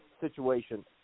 situation